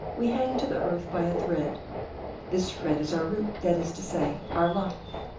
we hang to the earth by a thread this thread is our root, that is to say, our life,